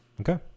Okay